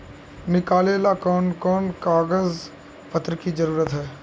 निकाले ला कोन कोन कागज पत्र की जरूरत है?